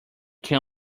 can